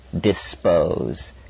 dispose